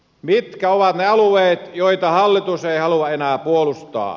mitkä ovat ne alueet joita hallitus ei halua enää puolustaa